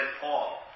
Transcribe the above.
Paul